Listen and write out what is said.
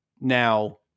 Now